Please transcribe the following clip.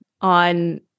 on